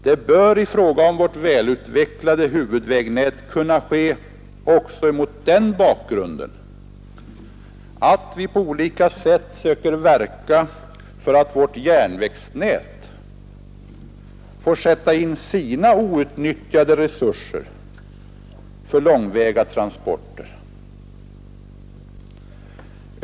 Det bör i fråga om vårt välutvecklade huvudvägnät kunna ske också emot den bakgrunden att vi på olika sätt söker arbeta för att vårt järvägsnät får sätta in sina outnyttjade resurser för långväga transporter.